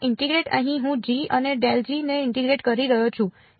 આ ઇન્ટીગ્રેટ અહીં હું g અને ને ઇન્ટીગ્રેટ કરી રહ્યો છું કે